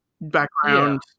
background